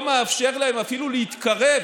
הטווח שלהם ללא תדלוק לא מאפשר להם אפילו להתקרב